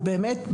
הוא באמת,